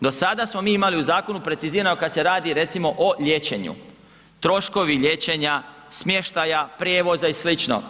Do sada smo mi imali u zakonu pecizirano kad se radi recimo o liječenju, troškovi liječenja, smještaja, prijevoza i sl.